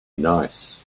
nice